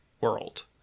world